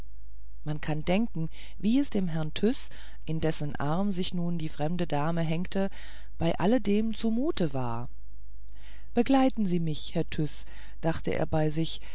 man kann denken wie dem herrn tyß in dessen arm sich nun die fremde dame hängte bei allem dem zumute war begleiten sie mich herr tyß dachte er bei sich